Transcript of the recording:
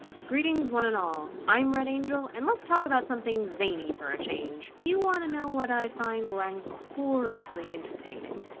greetings one and all, i'm red angel, and let's talk about something zany for a change! do do you want to know what i find rancorously entertaining?